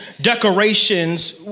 decorations